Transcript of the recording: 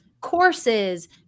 courses